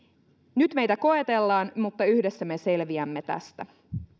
nyt meitä koetellaan mutta yhdessä me selviämme tästä